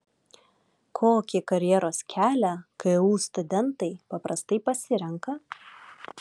kokį karjeros kelią ku studentai paprastai pasirenka